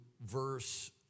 verse